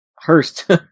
Hurst